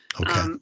Okay